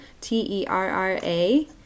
T-E-R-R-A